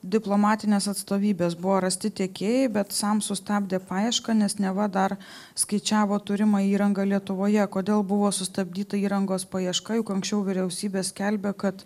diplomatinės atstovybės buvo rasti tiekėjai bet sam sustabdė paiešką nes neva dar skaičiavo turimą įrangą lietuvoje kodėl buvo sustabdyta įrangos paieška juk anksčiau vyriausybė skelbė kad